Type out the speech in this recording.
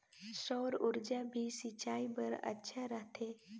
सौर ऊर्जा भी सिंचाई बर अच्छा रहथे?